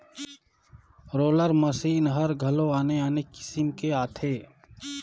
roller machine हर घलो आने आने किसम के आथे